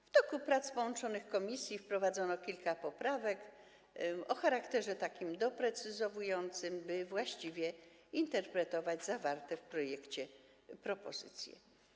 W toku prac połączonych komisji wprowadzono kilka poprawek o charakterze doprecyzowującym, by właściwie interpretować zawarte w projekcie propozycje.